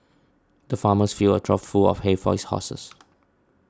the farmers filled a trough full of hay for his horses